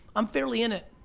i'm fairly in it.